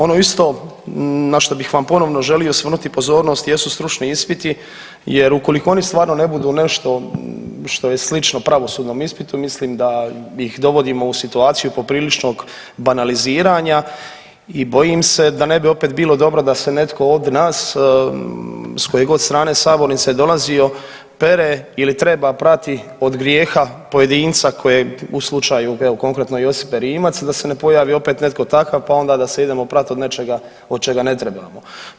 Ono isto na što bih vam ponovno želio svrnuti pozornost jesu stručni ispiti jer ukoliko oni stvarno ne budu nešto što je slično pravosudnom ispitu mislim da ih dovodimo u situaciju popriličnog banaliziranja i bojim se da ne bi opet bilo dobro da se netko od nas s koje god strane sabornice dolazio pere ili treba prati od grijeha pojedinca koje u slučaju evo konkretno Josipe Rimac, da se ne pojavi opet netko takav, pa onda da se idemo prat od nečega od čega ne trebamo.